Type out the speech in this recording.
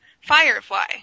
Firefly